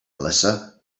melissa